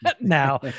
now